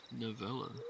novella